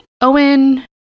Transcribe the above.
Owen